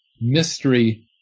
Mystery